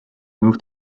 moved